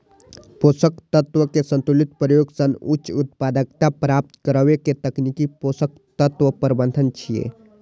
पोषक तत्व के संतुलित प्रयोग सं उच्च उत्पादकता प्राप्त करै के तकनीक पोषक तत्व प्रबंधन छियै